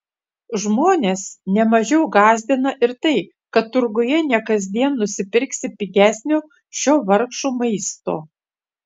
žmones ne mažiau gąsdina ir tai kad turguje ne kasdien nusipirksi pigesnio šio vargšų maisto